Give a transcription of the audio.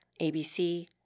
ABC